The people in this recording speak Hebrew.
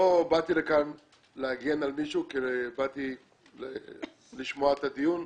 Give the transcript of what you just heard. לא באתי לכאן להגן על מישהו, באתי לשמוע את הדיון.